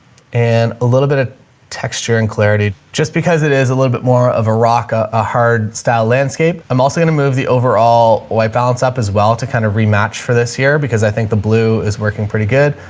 and a little bit of texture and clarity just because it is a little bit more of a rock ah hard style landscape. i'm also going to move the overall white balance up as well to kind of rematch for this year because i think the blue is working pretty good.